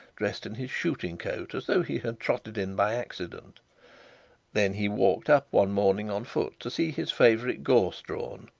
dressed in his shooting coat, as though he had trotted in by accident then he walked up one morning on foot to see his favourite gorse drawn,